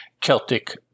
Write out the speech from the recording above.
Celtic